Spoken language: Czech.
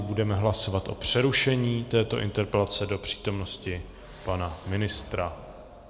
Budeme hlasovat o přerušení této interpelace do přítomnosti pana ministra.